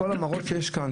כל המראות שראינו כאן,